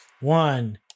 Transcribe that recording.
one